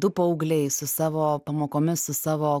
du paaugliai su savo pamokomis su savo